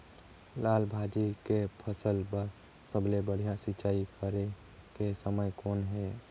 लाल भाजी के फसल बर सबले बढ़िया सिंचाई करे के समय कौन हे?